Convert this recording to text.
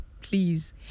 please